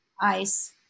ice